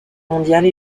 mondiale